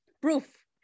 proof